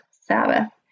Sabbath